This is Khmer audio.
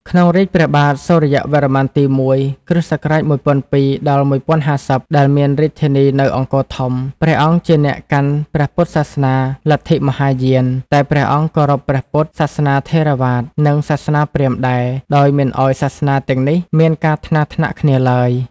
ក្នុងរាជ្យព្រះបាទសូរ្យវរ្ម័នទី១ (គ.ស ១០០២-១០៥០) ដែលមានរាជធានីនៅ អង្គរធំ ព្រះអង្គជាអ្នកកាន់ព្រះពុទ្ធសាសនាលទ្ធិមហាយាន តែព្រះអង្គគោរពព្រះពុទ្ធ សាសនាថេរវាទ និងសាសនាព្រាហ្មណ៍ដែរ ដោយមិនឱ្យសាសនាទាំងនេះមានការថ្នាំងថ្នាក់គ្នាឡើយ ។